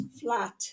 flat